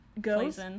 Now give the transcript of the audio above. goes